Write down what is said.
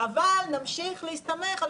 ואיך אנחנו מצד אחד שומרים על